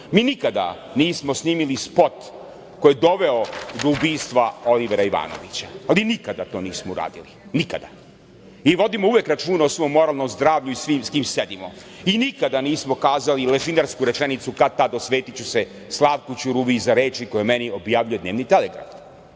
Mi nikada nismo snimili spot koji je doveo do ubistva Olivera Ivanovića. Nikada to nismo uradili. Nikada. Vodimo uvek računa o svom moralnom zdravlju i svim s kim sedimo. Nikada nismo kazali lešinarsku rečenicu – kad tad, osvetiću se Slavku Ćuruviji za reči koje o meni objavljuje „Dnevni telegraf“.To